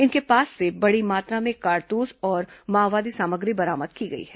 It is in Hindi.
इनके पास से बड़ी मात्रा में कारतूस और माओवादी सामग्री बरामद की गई है